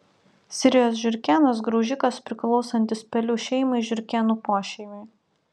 sirijos žiurkėnas graužikas priklausantis pelių šeimai žiurkėnų pošeimiui